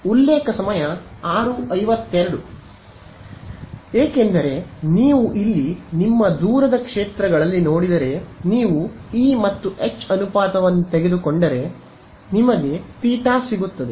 ಇಲ್ಲ ಏಕೆಂದರೆ ನೀವು ಇಲ್ಲಿ ನಿಮ್ಮ ದೂರದ ಕ್ಷೇತ್ರಗಳಲ್ಲಿ ನೋಡಿದರೆ ನೀವು ಇ ಮತ್ತು ಎಚ್ ಅನುಪಾತವನ್ನು ತೆಗೆದುಕೊಂಡರೆ ನಿಮಗೆ ನೀಟಾ ಸಿಗುತ್ತದೆ